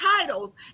titles